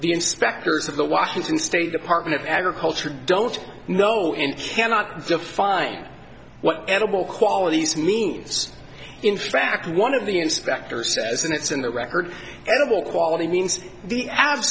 the inspectors of the washington state department of agriculture don't know in cannot define what edible qualities means in fact one of the inspector says and it's in the record edible quality means the ab